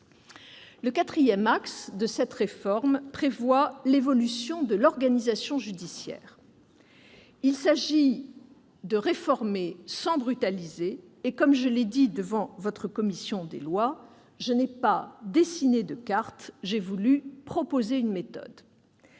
Le quatrième axe de la réforme a trait à l'évolution de l'organisation judiciaire. Il s'agit de réformer sans brutaliser. Comme je l'ai précisé devant votre commission des lois, je n'ai pas dessiné de carte ; j'ai voulu proposer une méthode.